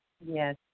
Yes